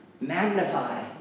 magnify